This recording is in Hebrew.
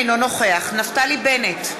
אינו נוכח נפתלי בנט,